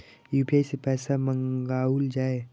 UPI सै पैसा मंगाउल जाय?